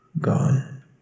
Gone